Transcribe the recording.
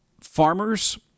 farmers